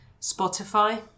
Spotify